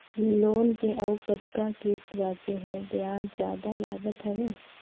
Loan के अउ कतका किस्त बांचें हे? ब्याज जादा लागत हवय,